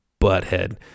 butthead